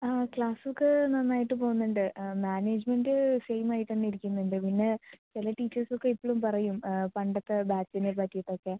ആ ക്ലാസ്സൊക്കെ നന്നായിട്ട് പോകുന്നുണ്ട് ആ മാനേജ്മെന്റ് സെയിം ആയി തന്നെ ഇരിക്കുന്നുണ്ട് പിന്നെ ചില ടീച്ചേഴ്സൊക്കെ ഇപ്പോഴും പറയും പണ്ടത്തെ ബാച്ചിനെ പറ്റിയിട്ടൊക്കെ